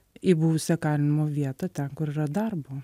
į buvusią kalinimo vietą ten kur yra darbo